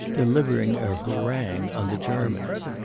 delivering a harangue on the germans.